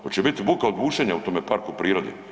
Hoće biti buka od bušenja u tome parku prirode?